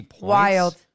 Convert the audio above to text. Wild